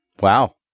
Wow